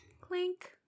clink